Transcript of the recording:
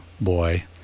boy